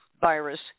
virus